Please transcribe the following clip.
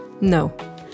no